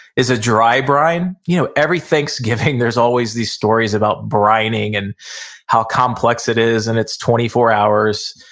is a dry brine. you know every thanksgiving there's always these stories about brining and how complex it is, and it's twenty four hours.